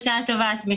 לא